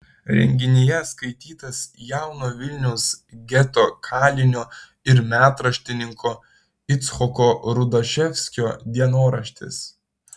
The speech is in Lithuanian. renginyje skaitytas jauno vilniaus geto kalinio ir metraštininko icchoko rudaševskio dienoraštis